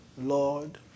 Lord